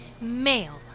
Male